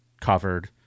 covered